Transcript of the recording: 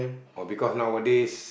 or because nowadays